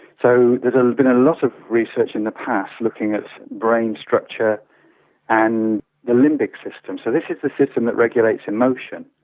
so there's been a lot of research in the past looking at brain structure and the limbic system. so this is the system that regulates emotion,